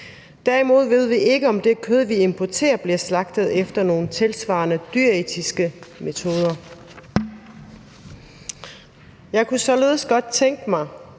Derimod ved vi ikke, om det kød, vi importerer, bliver slagtet efter nogle tilsvarende dyreetiske metoder. Jeg kunne således godt tænke mig,